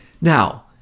Now